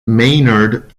maynard